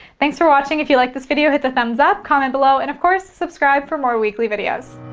thanks for watching. if you like this video, hit the thumbs up, comment below, and of course, subscribe for more weekly videos.